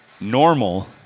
normal